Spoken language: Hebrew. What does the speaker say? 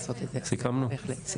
סיכמנו?